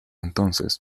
entonces